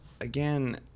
again